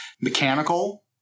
mechanical